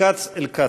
מכץ אל כץ.